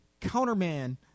counterman